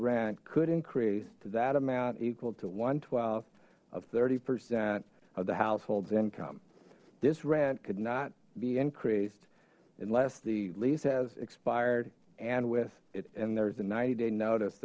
rent could increase to that amount equal to of thirty percent of the households income this rant could not be increased unless the lease has expired and with it and there's a ninety day notice